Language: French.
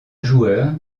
joueur